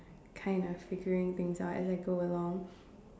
kind of figuring things out as I go along